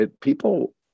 People